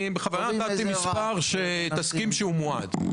בכוונה נתתי מספר שתסכים שהוא מועד.